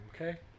Okay